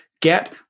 Get